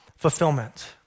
fulfillment